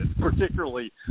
particularly